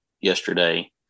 yesterday